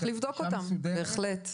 צריך לבדוק אותם, בהחלט.